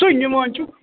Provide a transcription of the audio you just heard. ژے نِوان چھُکھ